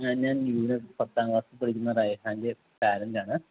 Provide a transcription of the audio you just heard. ഞാൻ ഞാൻ ഇവിടെ പത്താം ക്ലാസ്സിൽ പഠിക്കുന്ന റയ്ഹാന്റെ പേരൻ്റ് ആണ്